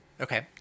Okay